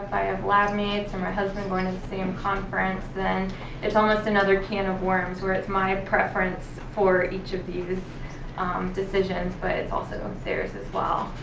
i have labmates and my husband going to the same conference. then it's almost another can of worms, where it's my preference for each of these decisions, but it's also um so theirs as well.